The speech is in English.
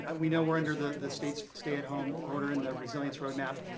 um we know we're under the the state's stay-at-home order and the resilience roadmap.